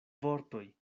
vortoj